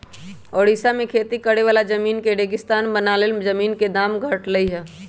ओड़िशा में खेती करे वाला जमीन के रेगिस्तान बनला से जमीन के दाम घटलई ह